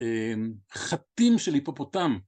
חתים של היפופוטם.